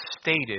stated